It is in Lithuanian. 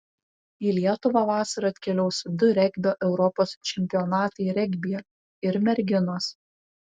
į lietuvą vasarą atkeliaus du regbio europos čempionatai regbyje ir merginos